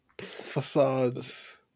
Facades